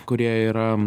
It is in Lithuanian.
kurie yra